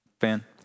Fan